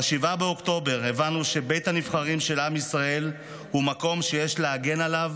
ב-7 באוקטובר הבנו שבית הנבחרים של עם ישראל הוא מקום שיש להגן עליו